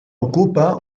ocupa